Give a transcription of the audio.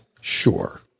Sure